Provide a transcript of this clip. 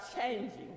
changing